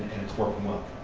and it's working well.